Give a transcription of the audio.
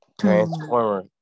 transformer